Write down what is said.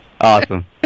Awesome